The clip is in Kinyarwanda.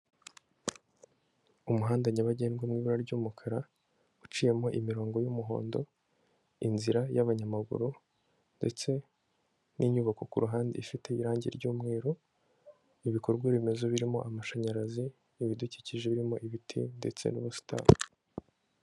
Umuhanda nyabagendwa mu ibara ry'umukara, uciyemo imirongo y'umuhondo, inzira y'abanyamaguru ndetse n'inyubako ku ruhande ifite irangi ryumweru, ibikorwa remezo birimo amashanyarazi, ibidukije birimo ibiti ndetse n'ubusitani.